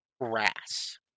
grass